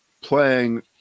playing